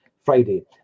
Friday